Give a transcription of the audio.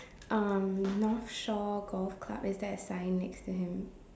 um North Shore Golf Club is there a sign next to him